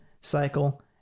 cycle